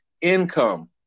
income